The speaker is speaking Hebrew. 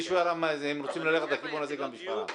הם רוצים ללכת בכיוון הזה גם בשפרעם.